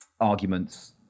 arguments